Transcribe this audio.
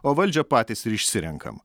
o valdžią patys ir išsirenkam